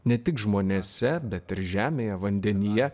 ne tik žmonėse bet ir žemėje vandenyje